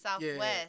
Southwest